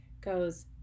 goes